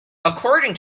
according